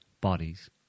bodies